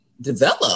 develop